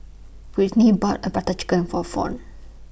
Whitney bought A Butter Chicken For Fawn